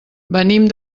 venim